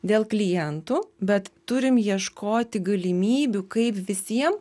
dėl klientų bet turim ieškoti galimybių kaip visiem